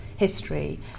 history